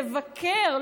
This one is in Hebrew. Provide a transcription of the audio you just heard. לבקר,